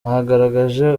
mwagaragaje